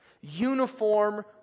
uniform